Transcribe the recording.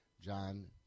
John